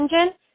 engine